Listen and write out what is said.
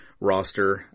roster